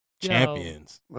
Champions